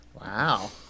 Wow